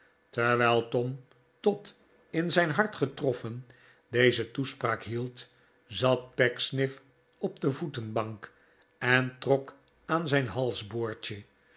terwijl tom tot in zijn hart getroffen deze toespraak hield zat pecksniff op de voetenbank en trok aan zijn